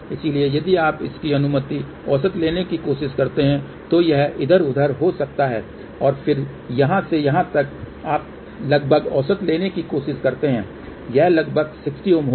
इसलिए यदि आप इसकी अनुमानित औसत लेने की कोशिश करते हैं तो यह इधर उधर हो सकता है और फिर यहाँ से यहाँ तक आप लगभग औसत लेने की कोशिश करते हैं यह लगभग 60 Ω होगा